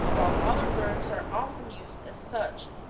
while other verbs are often used as such,